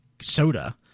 soda